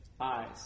eyes